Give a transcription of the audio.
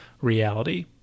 reality